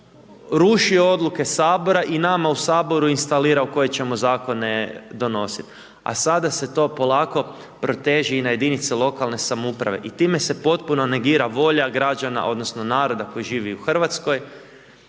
rušio odluke Sabora i nama u Saboru instalirao koje ćemo zakone donositi. A sada se to polako proteže i na jedinice lokalne samouprave i time se potpuno negira volja građana odnosno naroda koji živi u Hrvatskoj,